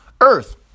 Earth